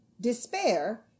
despair